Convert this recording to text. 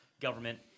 government